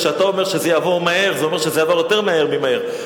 כשאתה אומר שזה יעבור מהר זה אומר שזה יעבור יותר מהר ממהר.